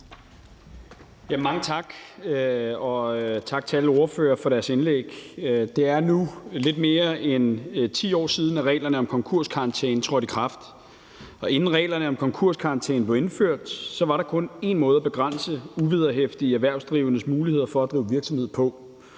Mange tak. Og tak til alle ordførere for deres indlæg. Det er nu lidt mere end 10 år siden, at reglerne om konkurskarantæne trådte i kraft. Inden reglerne om konkurskarantæne blev indført, var der kun én måde at begrænse uvederhæftige erhvervsdrivendes muligheder for at drive virksomhed på,